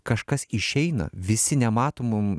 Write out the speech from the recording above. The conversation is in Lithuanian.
kažkas išeina visi nematomom